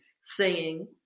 singing